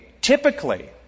typically